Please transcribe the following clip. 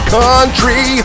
country